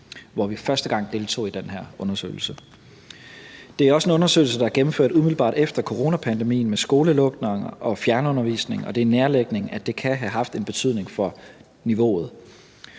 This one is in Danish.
hvor vi første gang deltog i den her undersøgelse. Det er også en undersøgelse, der er gennemført umiddelbart efter coronapandemien med skolelukninger og fjernundervisning, og det er nærliggende, at det kan have haft en betydning for niveauet.